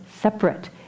separate